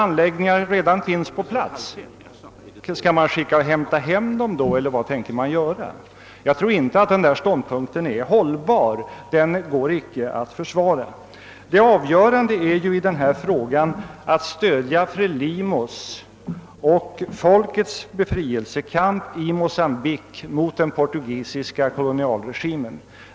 Tänker man då hämta hem anläggningarna om dessa redan finns på plats eller vad tänker man göra? Jag tror inte att den ståndpunkten är hållbar. Den går icke att försvara. Det avgörande är att stödja Frelimos och folkets befrielsekamp i Mocambique mot den portugisiska kolonialregimen.